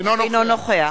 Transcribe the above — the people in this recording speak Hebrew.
אינו נוכח